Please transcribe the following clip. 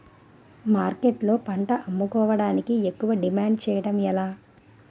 మార్కెట్లో పంట అమ్ముకోడానికి ఎక్కువ డిమాండ్ చేయడం ఎలా?